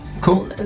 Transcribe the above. cool